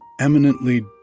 eminently